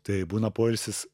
tai būna poilsis